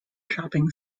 shopping